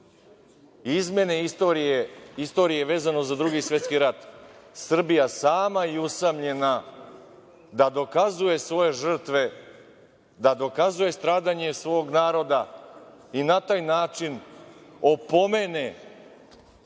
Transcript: istorije, istorije vezano za Drugi svetski rat, Srbija sama i usamljena da dokazuje svoje žrtve, da dokazuje stradanje svog naroda i na taj način opomene